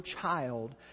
child